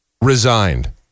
resigned